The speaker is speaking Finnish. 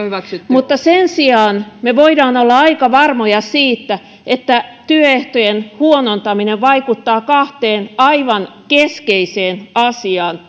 mutta sen sijaan me voimme olla aika varmoja siitä että työehtojen huonontaminen vaikuttaa kahteen aivan keskeiseen asiaan